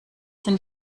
sind